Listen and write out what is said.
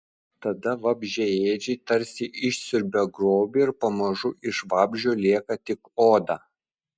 tada vabzdžiaėdžiai tarsi išsiurbia grobį ir pamažu iš vabzdžio lieka tik oda